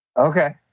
Okay